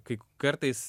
kai kartais